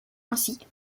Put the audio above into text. ainsi